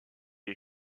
est